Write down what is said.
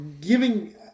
Giving